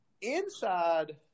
Inside